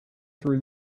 through